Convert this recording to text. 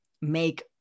make